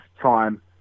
time